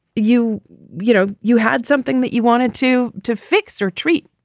you you know, you had something that you wanted to to fix or treat?